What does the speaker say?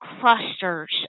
clusters